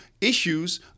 issues